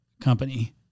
company